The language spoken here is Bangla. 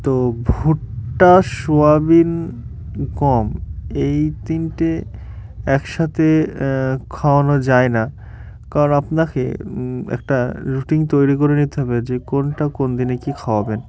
তো ভুট্টা সোয়াবিন গম এই তিনটে একসাথে খাওয়ানো যায় না কারণ আপনাকে একটা রুটিন তৈরি করে নিতে হবে যে কোনটা কোন দিনে কী খাওয়াবেন